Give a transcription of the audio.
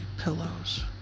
pillows